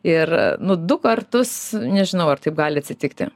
ir nu du kartus nežinau ar taip gali atsitikti